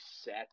set